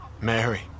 Mary